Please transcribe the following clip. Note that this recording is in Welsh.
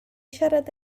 siarad